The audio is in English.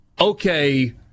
okay